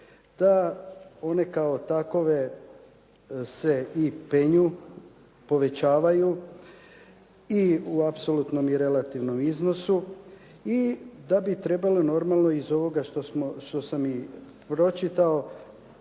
da one kao takove se i penju, povećavaju i u apsolutnom i relativnom iznosu i da bi trebalo normalno iz ovoga što sam i pročitao,